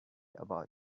about